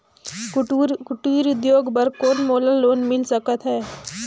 कुटीर उद्योग बर कौन मोला लोन मिल सकत हे?